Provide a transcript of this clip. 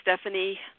Stephanie